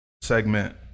segment